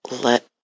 let